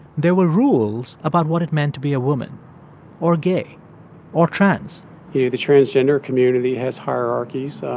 there were rules about what it meant to be a woman or gay or trans you know the transgender community has hierarchies.